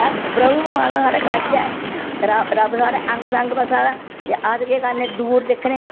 प्रभु परमात्मा साढ़े कच्छ ऐ रब थोआढ़े अंग संग बस्सा दा ते अस केह् करने दूर दिक्खने